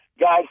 Guys